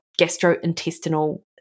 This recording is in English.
gastrointestinal